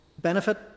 benefit